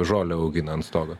žolę augina ant stogo